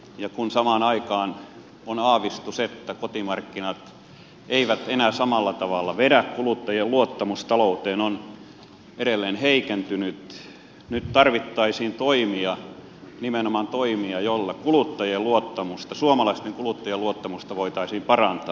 ja kun samaan aikaan on aavistus että kotimarkkinat eivät enää samalla tavalla vedä kuluttajien luottamus talouteen on edelleen heikentynyt nyt tarvittaisiin toimia nimenomaan toimia joilla suomalaisten kuluttajien luottamusta voitaisiin parantaa